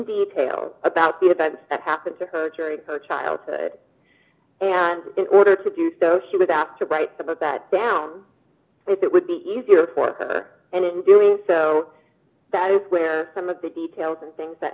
detail about the events that happened to her during her childhood and in order to do so she was asked to write that down it would be easier for her and in doing so that is where some of the details and things that